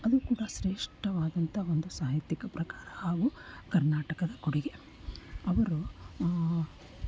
ಅದು ಕೂಡ ಶ್ರೇಷ್ಠವಾದಂತ ಒಂದು ಸಾಹಿತ್ಯ ಪ್ರಕಾರ ಹಾಗು ಕರ್ನಾಟಕದ ಕೊಡುಗೆ ಅವರು